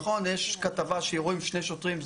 נכון, יש כתבה שרואים שני שוטרים.